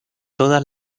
todas